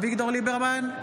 אביגדור ליברמן,